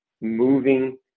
moving